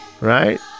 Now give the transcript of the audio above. right